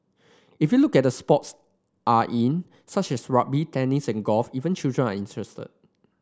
if you look at the sports are in such as rugby tennis and golf even children are interested